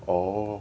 orh